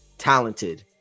talented